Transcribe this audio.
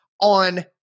on